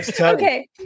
okay